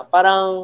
Parang